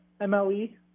MLE